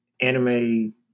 anime